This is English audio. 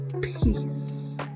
peace